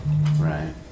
Right